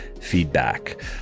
feedback